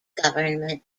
government